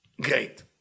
great